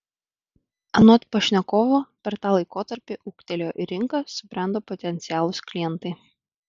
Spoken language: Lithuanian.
anot pašnekovo per tą laikotarpį ūgtelėjo ir rinka subrendo potencialūs klientai